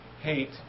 hate